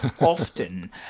often